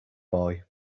boy